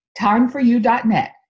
timeforyou.net